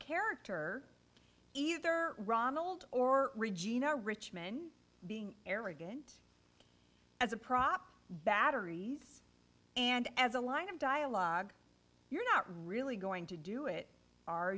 character either ronald or regina richmond being arrogant as a prop batteries and as a line of dialogue you're not really going to do it are